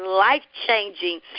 life-changing